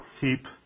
heap